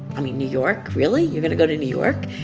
i mean, new york really? you're going to go to new york?